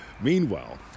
meanwhile